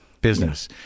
business